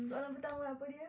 soalan pertama apa dia